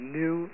new